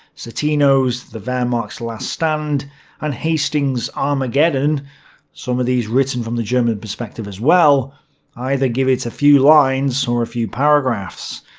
citinos the wehrmacht's last stand and hastings' armageddon some of these written from the german perspective as well either give it a few lines, or a few paragraphs.